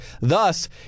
thus